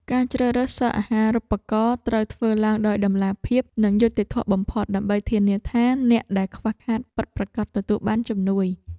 ការជ្រើសរើសសិស្សអាហារូបករណ៍ត្រូវធ្វើឡើងដោយតម្លាភាពនិងយុត្តិធម៌បំផុត ដើម្បីធានាថាអ្នកដែលខ្វះខាតពិតប្រាកដទទួលបានជំនួយ។